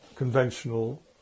conventional